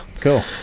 Cool